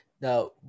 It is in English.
now